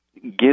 give